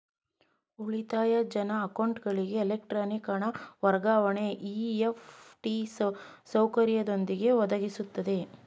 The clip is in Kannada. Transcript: ಉಳಿತಾಯ ಜನ್ರ ಅಕೌಂಟ್ಗಳಿಗೆ ಎಲೆಕ್ಟ್ರಾನಿಕ್ ಹಣ ವರ್ಗಾವಣೆ ಇ.ಎಫ್.ಟಿ ಸೌಕರ್ಯದೊಂದಿಗೆ ಒದಗಿಸುತ್ತೆ